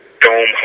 dome